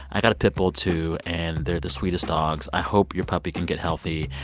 i've got a pit bull, too. and they're the sweetest dogs. i hope your puppy can get healthy.